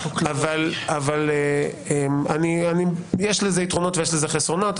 אבל יש לזה יתרונות ויש לזה חסרונות.